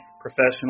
professional